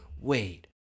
Wait